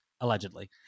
allegedly